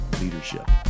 Leadership